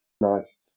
nice